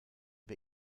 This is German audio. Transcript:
wir